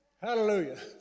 Hallelujah